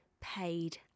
paid